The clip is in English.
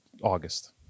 August